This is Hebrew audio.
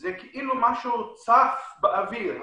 זה כאילו משהו צף באוויר.